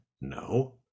No